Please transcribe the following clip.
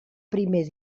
primer